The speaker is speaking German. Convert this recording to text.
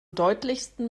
deutlichsten